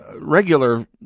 regular